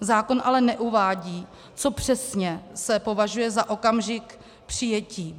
Zákon ale neuvádí, co přesně se považuje za okamžik přijetí.